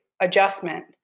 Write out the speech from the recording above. adjustment